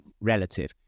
relative